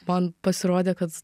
man pasirodė kad